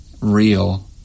real